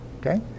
Okay